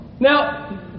Now